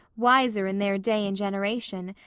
wiser in their day and generation,